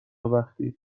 وقتی